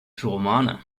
pyromane